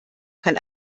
kann